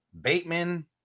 Bateman